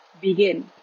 begin